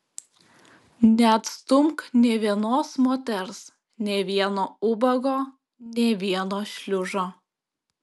neatstumk nė vienos moters nė vieno ubago nė vieno šliužo